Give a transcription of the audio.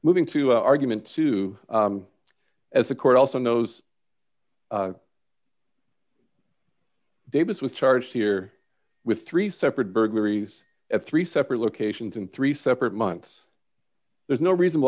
moving to argument to as a court also knows davis was charged here with three separate burglaries at three separate locations in three separate months there's no reasonable